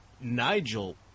Nigel